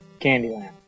Candyland